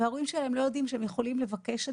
וההורים שלהם לא יודעים שהם יכולים לבקש את